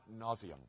nauseum